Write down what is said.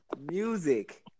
music